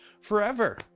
forever